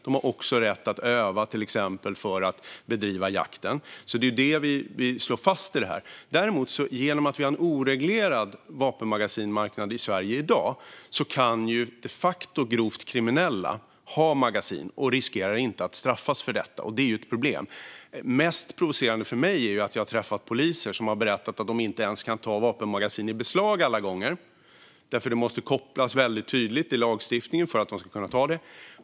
De har också rätt att öva för att exempelvis bedriva jakt. Det slår vi fast här. Genom att vi i dag har en oreglerad vapenmagasinmarknad kan grovt kriminella de facto ha magasin och riskerar inte att straffas för det, och det är ett problem. Mest provocerande för mig är att poliser berättar att de inte alltid kan ta vapenmagasin i beslag alla gånger, för det måste kopplas väldigt tydligt i lagstiftningen för att de ska kunna göra det.